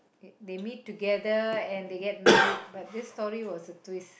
they meet together and they get married but this story was a twist